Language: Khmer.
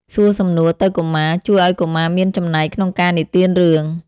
សួរសំណួរទៅកុមារ ជួយឱ្យកុមារមានចំណែកក្នុងការនិទានរឿង។